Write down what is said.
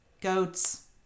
goats